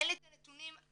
אין לי את הנתונים כרגע.